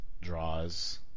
draws